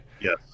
Yes